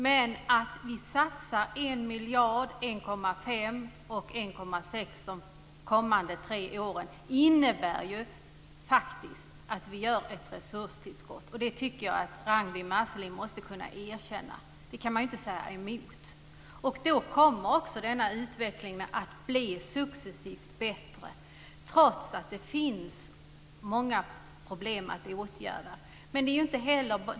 Vi satsar 1 miljard respektive 1,5 och 1,6 miljarder de kommande tre åren och det innebär ett resurstillskott. Det måste Ragnwi Marcelind kunna erkänna. Det kan man inte säga emot. Då kommer denna utveckling att bli successivt bättre, trots att det finns många problem att åtgärda.